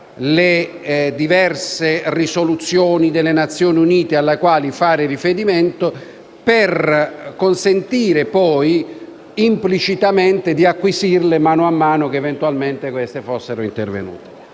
le diverse risoluzioni delle Nazioni Unite alle quali fare riferimento, per consentire poi implicitamente di acquisirle man mano che eventualmente fossero intervenute.